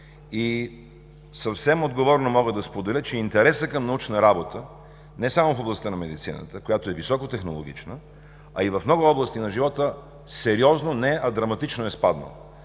Съвсем отговорно мога да споделя, че интересът към научна работа не само в областта на медицината, която е високотехнологична, а и в много области на живота не сериозно, а драматично е спаднал.